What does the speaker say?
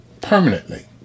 permanently